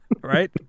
right